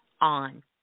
on